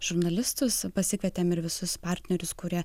žurnalistus pasikvietėm ir visus partnerius kurie